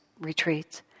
retreats